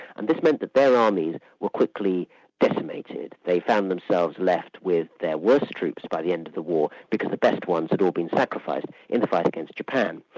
and this meant their armies were quickly decimated. they found themselves left with their worst troops by the end of the war because the best ones had all been sacrificed in the fight against japan.